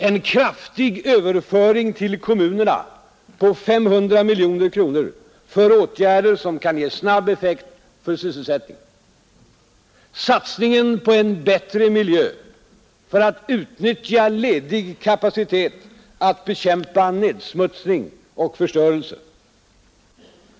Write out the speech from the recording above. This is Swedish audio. En kraftig överföring till kommunerna på 500 miljoner kronor för åtgärder som kan ge snabb effekt för sysselsättningen. Satsningen på en bättre miljö, för att utnyttja ledig kapacitet att bekämpa nedsmutsning och förstörelse.